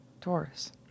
Taurus